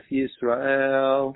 Yisrael